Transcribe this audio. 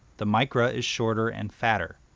the micro is shorter and fatter.